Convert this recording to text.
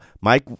Mike